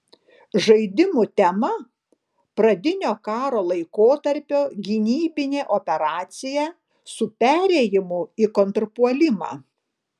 žaidimų tema pradinio karo laikotarpio gynybinė operacija su perėjimu į kontrpuolimą